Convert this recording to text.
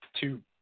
two